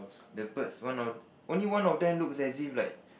the birds one of only one of them looks as if like